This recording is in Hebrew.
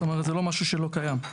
זאת אומרת, זה לא משהו שלא קיים.